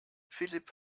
philipp